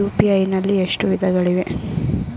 UPI ನಲ್ಲಿ ಎಷ್ಟು ವಿಧಗಳಿವೆ?